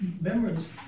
Memories